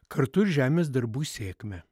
kartu ir žemės darbų sėkmę